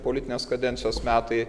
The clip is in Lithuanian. politinės kadencijos metai